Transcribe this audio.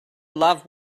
love